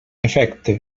efecte